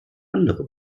andere